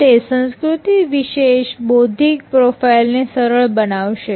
તો તે સંસ્કૃતિ વિશેષ બૌદ્ધિક પ્રોફાઈલ ને સરળ બનાવશે